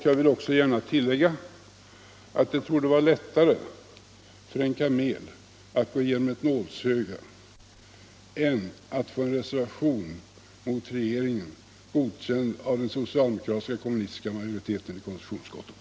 Jag vill också gärna tillägga att det torde vara lättare för en kamel att gå igenom ett nålsöga än att få en reservation mot regeringen godkänd av den socialdemokratiska och kommunistiska majoriteten i konstitutionsutskottet.